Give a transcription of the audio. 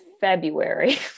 February